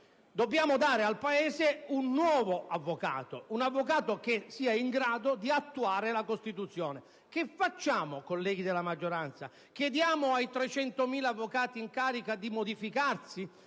Dobbiamo dare al Paese un nuovo tipo di avvocato: un avvocato che sia in grado di attuare la Costituzione. Che facciamo, colleghi della maggioranza? Vogliamo forse chiedere ai 300.000 avvocati in carica di modificare